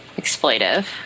exploitive